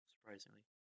surprisingly